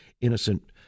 innocent